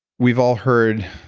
we've all heard,